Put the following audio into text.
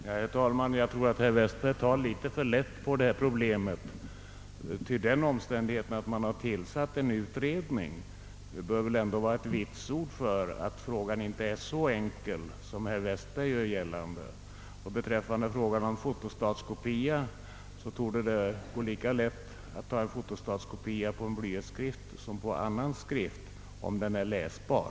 Herr talman! Jag tror att herr Westberg tar litet för lätt på det här problemet, ty den omständigheten att det tillsatts en utredning bör väl ändå tyda på att frågan inte är så enkel som herr Westberg gör gällande. Beträffande fotostatkopia torde det gå lika lätt att ta en sådan på blyertsskrift som på annan skrift om den är läsbar.